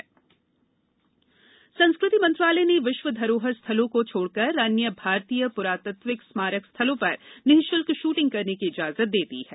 ASI स्मारक संस्कृति मंत्रालय ने विश्व धरोहर स्थलों को छोडकर अन्य भारतीय पुरातात्विक स्मारक स्थलों पर निशल्क शूटिंग करने की इजाजत दे दी है